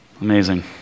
Amazing